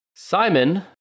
Simon